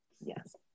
Yes